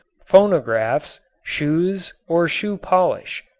phonographs, shoes or shoe-polish.